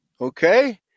Okay